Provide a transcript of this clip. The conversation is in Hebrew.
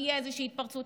תהיה איזושהי התפרצות,